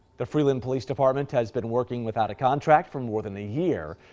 the freeland police department has been working without a contract for more than a year.